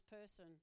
person